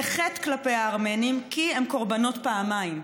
"זה חטא כלפי הארמנים כי הם קורבנות פעמיים,